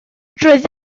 roedd